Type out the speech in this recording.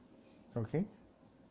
okay